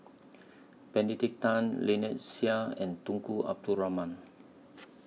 Benedict Tan Lynnette Seah and Tunku Abdul Rahman